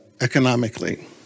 economically